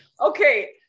Okay